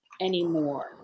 anymore